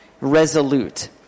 Resolute